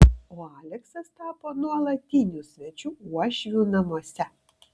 o aleksas tapo nuolatiniu svečiu uošvių namuose